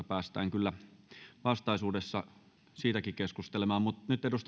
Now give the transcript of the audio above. päästään kyllä vastaisuudessa keskustelemaan